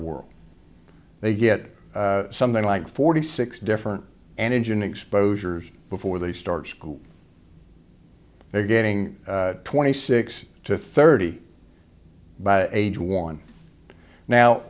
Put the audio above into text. world they get something like forty six different and engine exposures before they start school they're getting twenty six to thirty by age one now